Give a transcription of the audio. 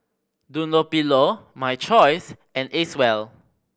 Dunlopillo My Choice and Acwell